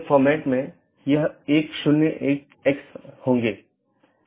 यह एक शब्दावली है या AS पाथ सूची की एक अवधारणा है